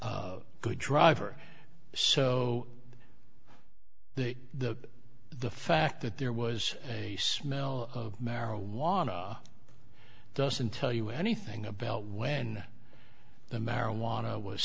a good driver so the the fact that there was a smell of marijuana doesn't tell you anything about when the marijuana was